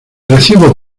recibo